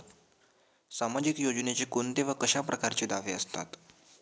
सामाजिक योजनेचे कोंते व कशा परकारचे दावे असतात?